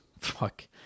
Fuck